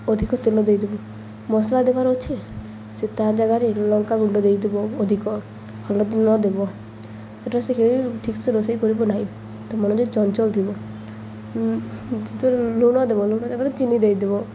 ଅଧିକ ତେଲ ଦେଇଦବ ମସଲା ଦେବାର ଅଛେ ସେ ତା ଜାଗାରେ ଲଙ୍କା ଗୁଣ୍ଡ ଦେଇଦେବ ଅଧିକ ହଲଦୀ ନ ଦେବ ସେଟା ସେ ଠିକ୍ସେ ରୋଷେଇ କରିବ ନାହିଁ ତ ମନ ଯେ ଚଞ୍ଚଲ ଥିବ ଯେ ତ ଲୁଣ ଦେବ ଲୁଣ ଜାଗାରେ ଚିନି ଦେଇଦେବ